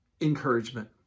encouragement